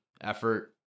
effort